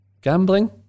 gambling